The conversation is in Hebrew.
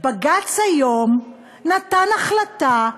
בג"ץ היום נתן החלטה,